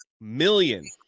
million